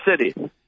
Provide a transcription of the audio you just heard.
City